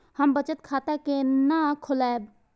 हम बचत खाता केना खोलैब?